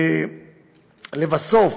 לבסוף